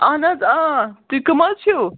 اَہن حظ تُہۍ کٔم حظ چھِو